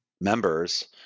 members